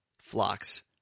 flock's